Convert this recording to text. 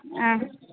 ஆ